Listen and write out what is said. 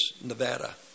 Nevada